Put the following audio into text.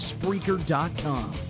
Spreaker.com